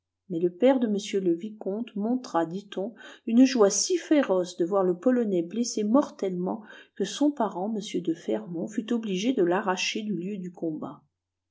mais le père de m le vicomte montra dit-on une joie si féroce de voir le polonais blessé mortellement que son parent m de fermont fut obligé de l'arracher du lieu du combat